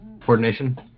coordination